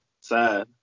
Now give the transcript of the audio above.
sad